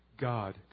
God